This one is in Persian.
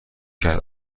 کرد